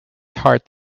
heart